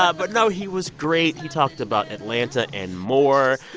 ah but no. he was great. he talked about atlanta and more.